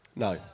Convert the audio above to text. No